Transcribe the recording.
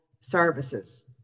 services